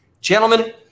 gentlemen